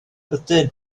ydyn